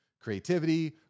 Creativity